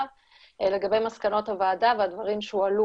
לגבי מסקנות הוועדה והדברים שהועלו